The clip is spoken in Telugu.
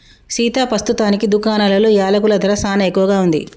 సీతా పస్తుతానికి దుకాణాలలో యలకుల ధర సానా ఎక్కువగా ఉంది